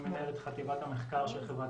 אני מנהל את חטיבת המחקר של חברת